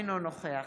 אינו נוכח